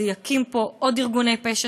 זה יקים פה עוד ארגוני פשע